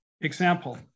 Example